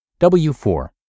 W-4